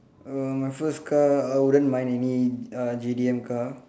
err my first car I wouldn't mind any uh J_D_M car